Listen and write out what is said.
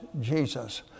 Jesus